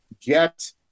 get